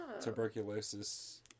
tuberculosis